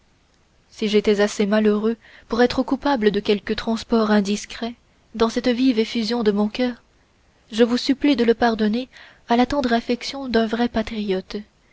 si j'étais assez malheureux pour être coupable de quelque transport indiscret dans cette vive effusion de mon cœur je vous supplie de le pardonner à la tendre affection d'un vrai patriote